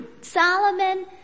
Solomon